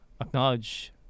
acknowledge